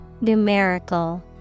Numerical